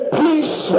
peace